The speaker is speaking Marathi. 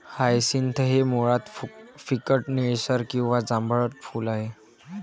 हायसिंथ हे मुळात फिकट निळसर किंवा जांभळट फूल आहे